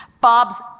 Bob's